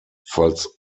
falls